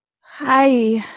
Hi